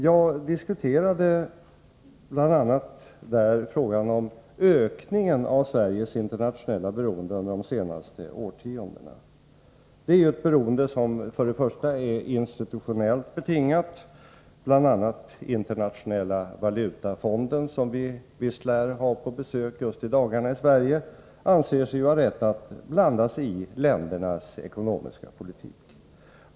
Jag behandlade i mitt anförande bl.a. frågan om ökningen av Sveriges internationella beroende under de senaste årtiondena. Det är ett beroende som först och främst är institutionellt betingat. Bl.a. Internationella valutafonden — som vi lär ha på besök i Sverige just i dagarna — anser sig ha rätt att blanda sig i ländernas ekonomiska politik.